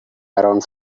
around